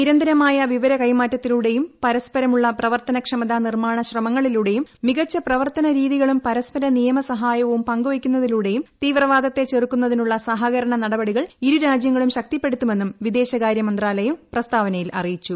നിരന്തരമായ വിവര കൈമാറ്റത്തിലൂടെയും പ്രസ്പരമുള്ള പ്രവർത്തനക്ഷമതാ നിർമ്മാണ ശ്രമങ്ങളിലൂട്ടെയും മികച്ച പ്രവർത്തന രീതികളും പരസ്പര നിയമ സഹായവും പങ്കുവയ്ക്കുന്നതിലൂടെയും തീവ്രവാദത്തെ ചെറുക്കുന്നതിനുള്ള സഹകരണ നടപടികൾ ഇരു രാജ്യങ്ങളും ശക്തിപ്പെടുത്തുമെന്നും വിദേശകാര്യ മന്ത്രാലയം പ്രസ്താവനയിൽ അറിയിച്ചു